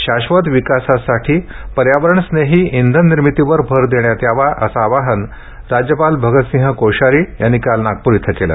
शाश्वत विकासासाठी पर्यावरणस्नेही इंधननिर्मितीवर भर देण्यात यावा असं आवाहन राज्यपाल भगत सिंह कोश्यारी यांनी काल नागपूर इथं केलं